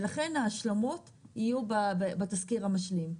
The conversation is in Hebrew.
ולכן ההשלמות יהיו בתזכיר המשלים.